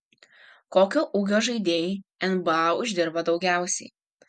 kokio ūgio žaidėjai nba uždirba daugiausiai